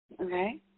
Okay